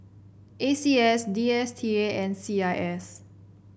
A C S D S T A and C I S